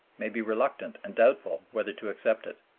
may be reluctant and doubtful whether to accept it.